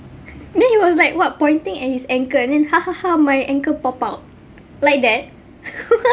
then he was like what pointing at his ankle and then ha ha ha my ankle pop out like that